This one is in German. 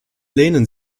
lehnen